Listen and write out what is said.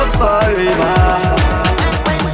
forever